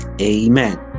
Amen